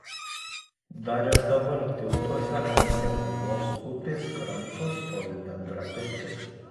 dar ir dabar tiltuose ant gelužos upės kranto stovi bendra pirtis